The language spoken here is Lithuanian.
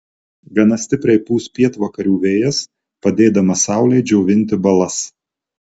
gana stipriai pūs pietvakarių vėjas padėdamas saulei džiovinti balas